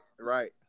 right